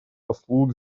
послу